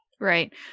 Right